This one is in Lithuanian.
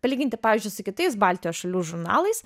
palyginti pavyzdžiui su kitais baltijos šalių žurnalais